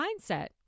mindset